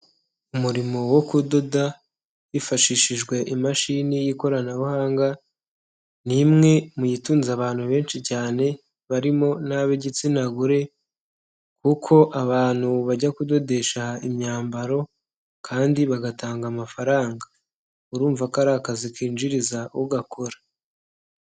Umurimo wo kudoda hifashishijwe imashini y'ikoranabuhanga ni imwe mu itunze abantu benshi cyane barimo n'ab'igitsina gore kuko abantu bajya kudodesha imyambaro kandi bagatanga amafaranga, urumva ko ari akazi kinjiriza ugakora.